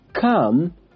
come